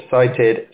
cited